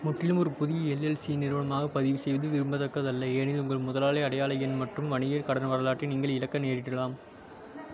முற்றிலும் ஒரு புதிய எல்எல்சி நிறுவனமாகப் பதிவுசெய்வது விரும்பத்தக்கதல்ல ஏனெனில் உங்கள் முதலாளி அடையாள எண் மற்றும் வணிகக் கடன் வரலாற்றை நீங்கள் இழக்க நேரிடலாம்